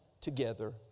together